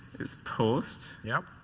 it's post. yep.